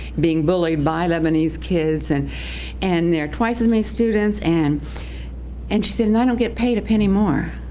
being bullied by lebanese kids, and and they're twice as many students, and and she said and i don't get paid a penny more,